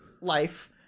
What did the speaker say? life